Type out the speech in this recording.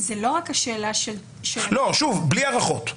בלי ארכות.